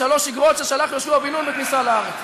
שלוש איגרות ששלח יהושע בן נון בכניסה לארץ: